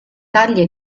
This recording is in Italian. taglia